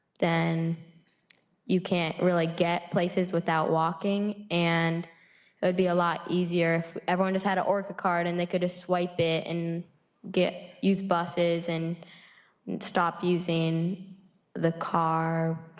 then you can't really get places without walking. and it would be a lot easier if everyone just had an orca card and they could swipe it and use buses. and stop using the car.